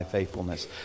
faithfulness